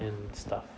and stuff